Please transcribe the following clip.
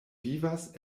vivas